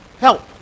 help